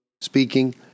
speaking